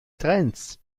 trends